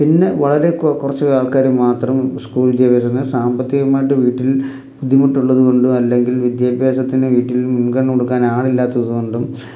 പിന്നെ വളരെ കുറച്ചു ആൾക്കാർ മാത്രം സ്കൂൾ വിദ്യാഭ്യാസത്തിന് സാമ്പത്തികമായിട്ട് വീട്ടിൽ ബുദ്ധിമുട്ടുള്ളത് കൊണ്ടും അല്ലെങ്കിൽ വിദ്യാഭ്യാസത്തിന് വീട്ടിൽ മുൻഗണന കൊടുക്കാൻ ആളില്ലാത്തത് കൊണ്ടും